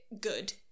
good